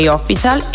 Official